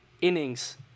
innings